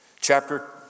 chapter